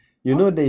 oh